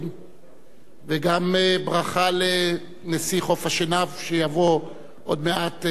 וגם ברכה לנשיא חוף-השנהב שיבוא עוד מעט לאולם.